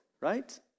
right